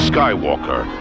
Skywalker